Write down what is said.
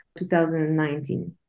2019